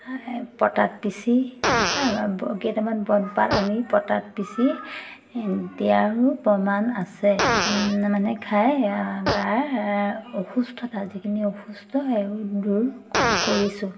পটাত পিচি কেইটামান বনপাত আনি পটাত পিচি দিয়াৰো প্ৰমাণ আছে মানে খাই গা অসুস্থতা যিখিনি অসুস্থ সেই দূৰ কৰিছোঁ